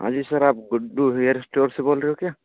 हाँ जी सर आप गुड्डू हेयर स्टोर से बोल रहे हो क्या